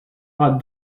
are